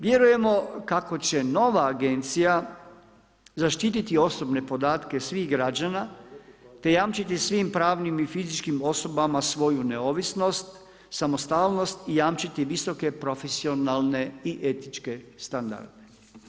Vjerujemo kako će nova agencija zaštitit osobne podatke svih građana te jamčiti svim pravnim i fizičkim osobama svoju neovisnost, samostalnost i jamčiti visoke profesionalne i etičke standarde.